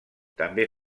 també